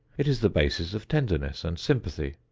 it is the basis of tenderness and sympathy,